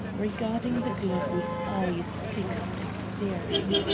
regarding the glove with eyes fixed and staring.